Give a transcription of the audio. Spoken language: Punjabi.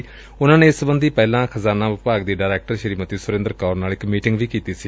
ਉਨੁਾਂ ਨੇ ਇਸ ਸਬੰਧੀ ਪਹਿਲਾਂ ਖਜ਼ਾਨਾ ਵਿਭਾਗ ਦੀ ਡਾਇਰੈਕਟਰ ਸ੍ਰੀਮਤੀ ਸੁਰਿੰਦਰ ਕੌਰ ਨਾਲ ਇਕ ਮੀਟਿੰਗ ਵੀ ਕੀਤੀ ਸੀ